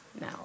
No